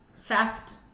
fast